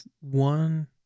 One